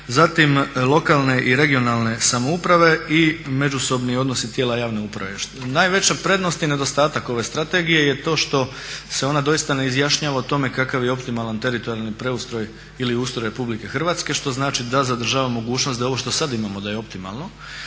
Zatim lokalne i regionalne samouprave i međusobni odnosi tijela javne uprave. Najveća prednost i nedostatak ove strategije je to što se ona doista ne izjašnjava o tome kakav je optimalni teritorijalni preustroj ili ustroj RH, što znači da zadržava mogućnost da ovo što sad imamo da je optimalno.